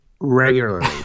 regularly